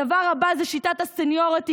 הדבר הבא זה שיטת הסניוריטי,